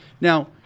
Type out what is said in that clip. Now